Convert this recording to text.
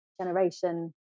generation